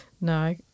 no